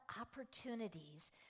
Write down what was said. opportunities